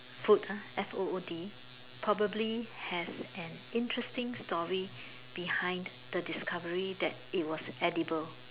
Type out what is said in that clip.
food uh F O O D probably has an interesting story behind the discovery that it was edible